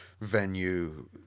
venue